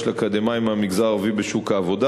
של אקדמאים מהמגזר הערבי בשוק העבודה.